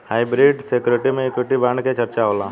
hybrid security में equity bond के चर्चा होला